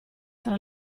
tra